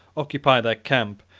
occupy their camp,